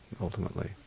ultimately